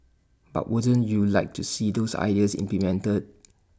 but wouldn't you like to see those ideas implemented